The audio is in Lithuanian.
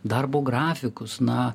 darbo grafikus na